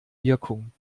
wirkung